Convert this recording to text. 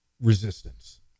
resistance